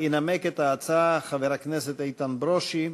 ינמק את ההצעה חבר הכנסת איתן ברושי.